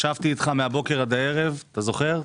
ישבתי איתך מהבוקר עד הערב זוכר?